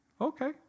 okay